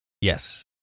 Yes